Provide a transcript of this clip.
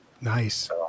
Nice